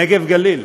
נגב גליל.